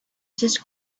just